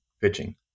pitching